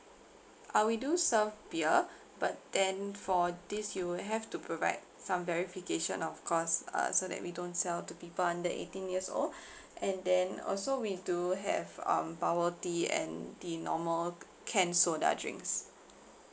uh we do serve beer but then for this you will have to provide some verification of course uh so that we don't sell to people under eighteen years old and then also we do have um bubble tea and the normal canned soda drinks